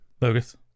Lucas